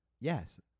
Yes